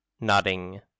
nodding